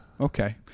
Okay